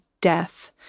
death